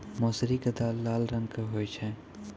मौसरी के दाल लाल रंग के होय छै